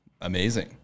amazing